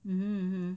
um